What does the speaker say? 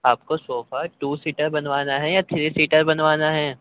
آپ کو sofa two seater بنوانا ہے یا تھری سیٹر بنوانا ہے